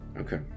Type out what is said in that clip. Okay